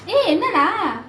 !hey! என்னடா:ennadaa